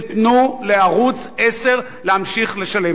ותנו לערוץ-10 להמשיך לשלם.